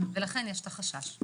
ולכן החשש קיים.